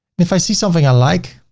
if i see something i like,